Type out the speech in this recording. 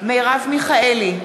מרב מיכאלי,